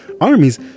armies